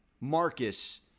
Marcus